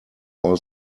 all